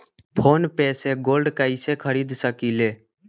Phone पे से gold कईसे खरीद सकीले?